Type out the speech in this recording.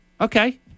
Okay